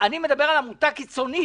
אני מדבר על עמותה קיצונית